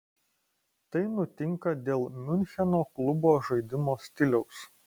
tai nutinka dėl miuncheno klubo žaidimo stiliaus